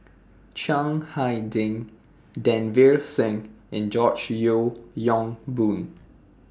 Chiang Hai Ding Davinder Singh and George Yeo Yong Boon